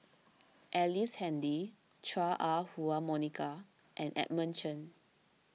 Ellice Handy Chua Ah Huwa Monica and Edmund Chen